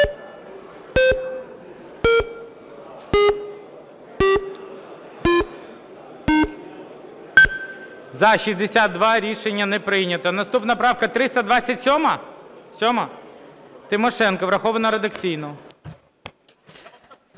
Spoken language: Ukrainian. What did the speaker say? За-62 Рішення не прийнято. Наступна правка 327? Сьома? Тимошенко. Врахована редакційно.